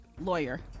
lawyer